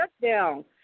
shutdown